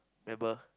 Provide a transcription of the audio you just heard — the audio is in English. Mabel